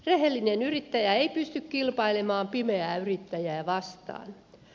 rehellinen yrittäjä ei pysty kilpailemaan pimeää yrittäjää vastaan